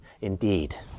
indeed